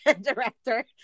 director